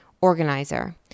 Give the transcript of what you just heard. organizer